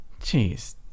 Jeez